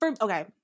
Okay